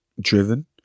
driven